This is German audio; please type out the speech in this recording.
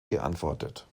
geantwortet